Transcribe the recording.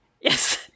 yes